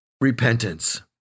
repentance